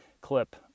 clip